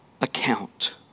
account